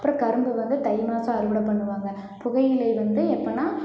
அப்புறம் கரும்பு வந்து தை மாசம் அறுவடை பண்ணுவாங்க புகையிலை வந்து எப்போன்னா